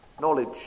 knowledge